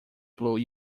blue